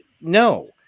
no